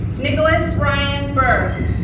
nicholas ryan berg